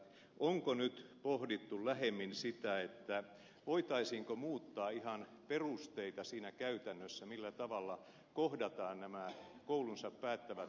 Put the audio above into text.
onko nyt pohdittu lähemmin sitä että voitaisiin muuttaa ihan perusteita siinä käytännössä millä tavalla kohdataan nämä koulunsa päättävät nuoret